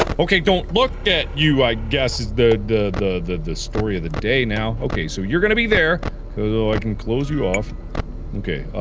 ok don't look at you i guess is the the the the the story of the day now ok so you are gonna be there. so i can close you off ok.